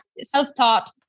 self-taught